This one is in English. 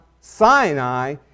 Sinai